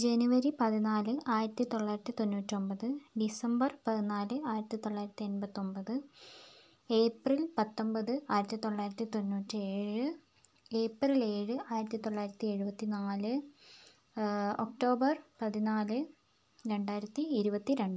ജനുവരി പതിനാല് ആയിരത്തി തൊള്ളായിരത്തി തൊണ്ണൂറ്റി ഒൻപത് ഡിസംബർ പതിനാല് ആയിരത്തി തൊള്ളായിരത്തി എൺപത്തോൻപത് ഏപ്രിൽ പത്തൊൻപത് ആയിരത്തി തൊള്ളായിരത്തി തൊണ്ണൂറ്റി ഏഴ് ഏപ്രിൽ ഏഴ് ആയിരത്തി തൊള്ളായിരത്തി എഴുപത്തി നാല് ഒക്ടോബർ പതിനാല് രണ്ടായിരത്തി ഇരുപത്തിരണ്ട്